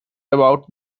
about